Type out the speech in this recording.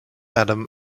adam